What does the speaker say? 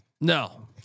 No